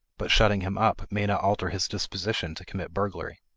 but shutting him up may not alter his disposition to commit burglary.